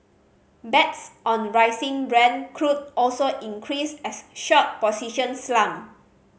bets on rising Brent crude also increased as short positions slumped